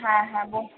হ্যাঁ হ্যাঁ বো